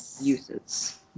uses